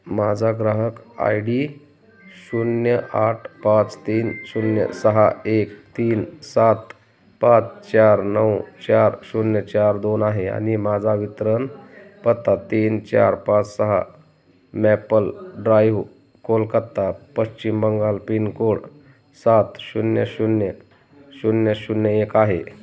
माझा ग्राहक I D शून्य आठ पाच तीन शून्य सहा एक तीन सात पाच चार नऊ चार शून्य चार दोन आहे आणि माझा वितरण पत्ता तीन चार पाच सहा maple drive Kolkata Paschim Bangal pincode सात शून्य शून्य शून्य शून्य एक आहे